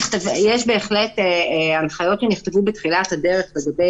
בהחלט יש הנחיות שנכתבו בתחילת הדרך לגבי